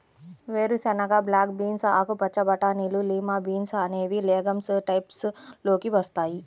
వేరుశెనగ, black beans, ఆకుపచ్చ బటానీలు, లిమా బీన్స్ అనేవి లెగమ్స్ టైప్స్ లోకి వస్తాయి